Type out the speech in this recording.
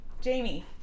Jamie